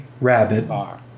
rabbit